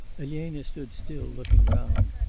elena stood still looking round.